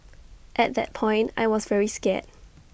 at that point I was very scared